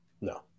no